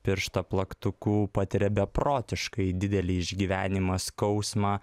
pirštą plaktuku patiria beprotiškai didelį išgyvenimą skausmą